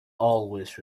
always